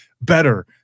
better